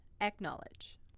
acknowledge